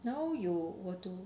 now you were to